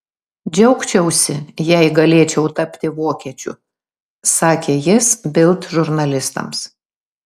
džiaugčiausi jei galėčiau tapti vokiečiu sakė jis bild žurnalistams